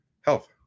Health